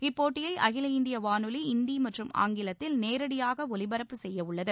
இப்போட்டியை அகில இந்திய வானொலி ஹிந்தி மற்றும் ஆங்கிலத்தில் நேரடியாக ஒலிபரப்பு செய்யவுள்ளது